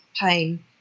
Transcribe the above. pain